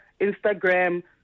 Instagram